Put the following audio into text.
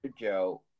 Joe